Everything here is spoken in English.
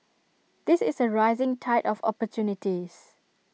this is A rising tide of opportunities